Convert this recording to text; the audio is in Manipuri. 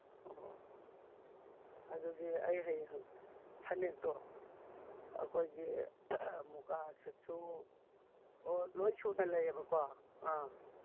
ꯑꯣ ꯑꯣ ꯑꯗꯨꯗꯤ ꯑꯩ ꯍꯌꯦꯡ ꯐꯅꯦꯛꯇꯣ ꯑꯩꯈꯣꯏꯒꯤ ꯃꯨꯀꯥ ꯁꯨꯠꯁꯨ ꯑꯣ ꯂꯣꯏ ꯁꯨꯅ ꯂꯩꯌꯦꯕꯀꯣ ꯑꯥ